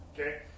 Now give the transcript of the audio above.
Okay